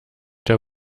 der